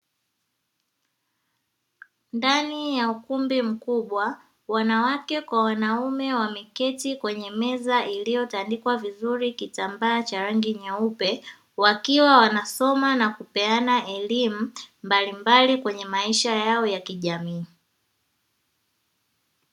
Ndani ya ukumbi mkubwa wanawake kwa wanaume wameketi kwenye meza iliyotandikwa vizuri kitambaa cha rangi nyeupe, wakiwa wanasoma na kupeana elimu mbalimbali kwenye maisha yao ya kijamii.